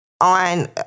on